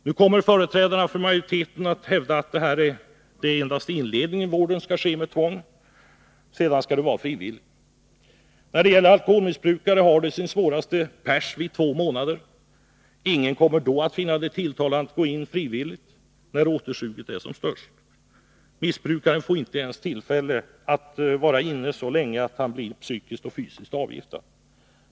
Nu kommer företrädarna för majoriteten att hävda att det endast är inledningen av vården som skall ske med tvång och att den sedan skall vara frivillig. Alkoholmissbrukare har sin svåraste pärs efter två månader. Ingen missbrukare kommer då, när återsuget är som störst, att finna det tilltalande att gå in i vård frivilligt. Missbrukaren får inte ens tillfälle att vara intagen så länge att han blir psykiskt och fysiskt avgiftad.